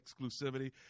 exclusivity